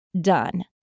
done